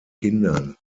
kindern